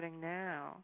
now